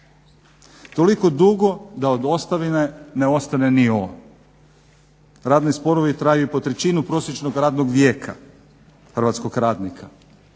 toliko dugo da od ostavine ne ostane ni o. Radni sporovi traju i po trećinu prosječnog radnog vijeka hrvatskog radnika.